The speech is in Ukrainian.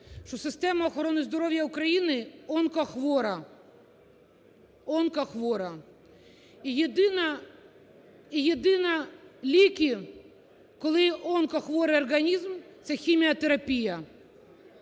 що система охорони здоров'я України онкохвора, онкохвора. І єдині ліки, коли онкохворий організм, – це хіміотерапія.